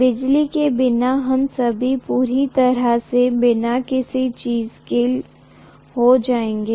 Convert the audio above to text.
बिजली के बिना हम सभी पूरी तरह से बिना किसी चीज के हो जाएंगे